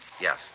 Yes